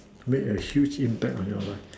make a huge impact on your life